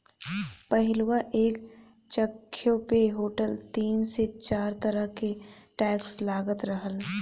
पहिलवा एक चाय्वो पे होटल तीन से चार तरह के टैक्स लगात रहल